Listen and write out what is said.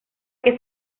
que